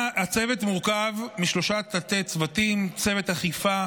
הצוות מורכב משלושה תתי-צוותים: צוות אכיפה